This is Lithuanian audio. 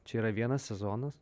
čia yra vienas sezonas